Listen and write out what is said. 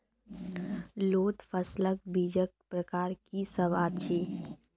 लोत फसलक बीजक प्रकार की सब अछि?